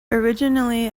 originally